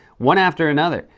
one after another.